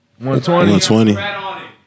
120